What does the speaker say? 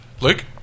Luke